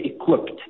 equipped